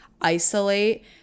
isolate